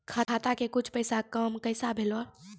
खाता के कुछ पैसा काम कैसा भेलौ?